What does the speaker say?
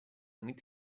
nit